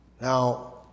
Now